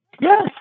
Yes